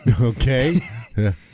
Okay